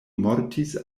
mortis